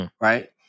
Right